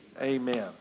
Amen